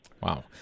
Wow